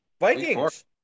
Vikings